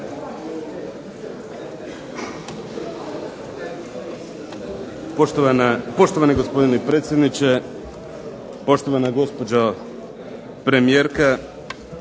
Poštovani gospodine predsjedniče, poštovana gospođo premijerka.